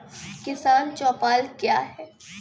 किसान चौपाल क्या हैं?